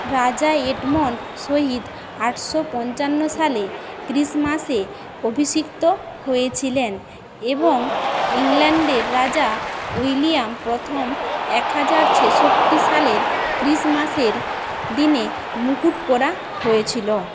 রাজা এডমন্ড শহীদ আটশো পঞ্চান্ন সালে ক্রিসমাসে অভিষিক্ত হয়েছিলেন এবং ইংল্যান্ডের রাজা উইলিয়াম প্রথম এক হাজার ছেষট্টি সালের ক্রিসমাসের দিনে মুকুট পরা হয়েছিলো